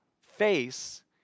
face